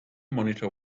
monitor